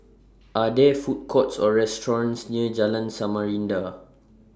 Are There Food Courts Or restaurants near Jalan Samarinda